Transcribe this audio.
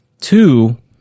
Two